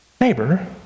neighbor